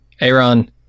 Aaron